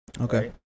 okay